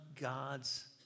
God's